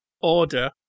order